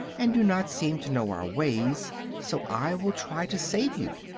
and do not seem to know our ways so i will try to save you.